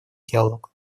диалог